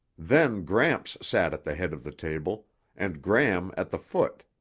then gramps sat at the head of the table and gram at the foot.